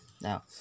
Now